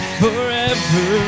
forever